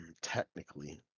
Technically